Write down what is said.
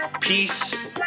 peace